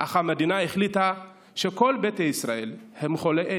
אך המדינה החליטה שכל ביתא ישראל הם חולי איידס,